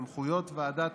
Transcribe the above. סמכויות ועדת